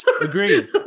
Agreed